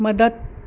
मदत